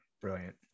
brilliant